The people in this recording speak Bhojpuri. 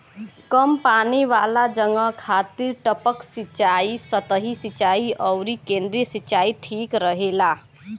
कम पानी वाला जगह खातिर टपक सिंचाई, सतही सिंचाई अउरी केंद्रीय सिंचाई ठीक रहेला